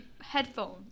headphones